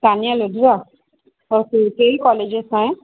तानिया लुधिया कहिड़ी कोलेज में आहीं